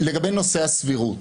לגבי נושא הסבירות